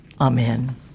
Amen